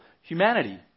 humanity